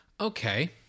Okay